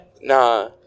Nah